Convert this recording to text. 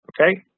okay